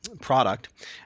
product